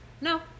No